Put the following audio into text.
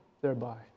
thereby